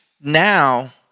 now